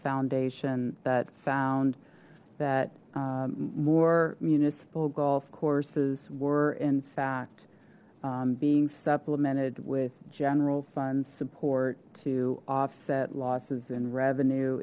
foundation that found that war municipal golf courses were in fact being supplemented with general fund support to offset losses in revenue